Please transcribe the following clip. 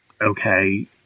Okay